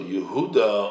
Yehuda